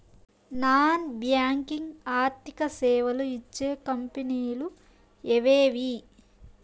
Non banking ఆర్థిక సేవలు ఇచ్చే కంపెని లు ఎవేవి?